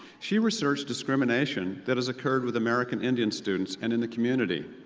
she researched discrimination that has occurred with american indian students and in the community.